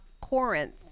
Corinth